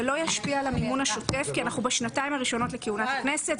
זה לא ישפיע על המימון השוטף כי אנחנו בשנתיים הראשונות לכהונת הכנסת,